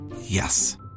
Yes